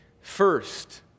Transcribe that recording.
First